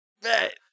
Bet